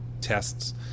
tests